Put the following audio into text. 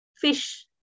Fish